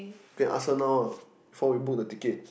can ask her now ah before we book the ticket